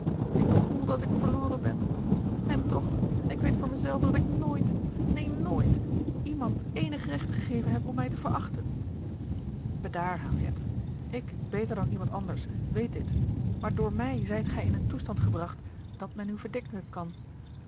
ik voel dat ik verloren ben en toch ik weet voor me zelve dat ik nooit neen nooit iemand eenig recht gegeven heb om mij te verachten bedaar henriette ik beter dan iemand anders weet dit maar door mij zijt ge in een toestand gebracht dat men u verdenken kan